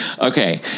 Okay